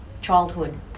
childhood